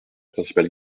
principale